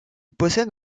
possède